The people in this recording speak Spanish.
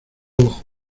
ojo